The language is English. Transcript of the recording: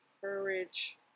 courage